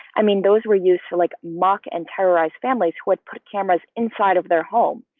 i mean, those were used to like mock and terrorized families would put cameras inside of their home,